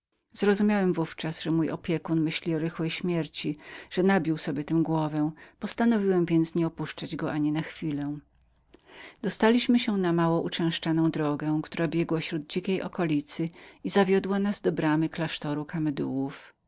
zrozumiałem w ówczas że mój opiekun myślał o rychłej śmierci że nabił sobie tem głowę postanowiłem więc nieopuszczać go ani na chwilę dostaliśmy się na mało uczęszczaną drogę która biegła śród dzikiej okolicy i zawiodła nas do bramy klasztoru